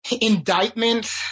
indictment